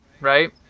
right